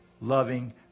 loving